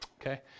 okay